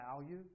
value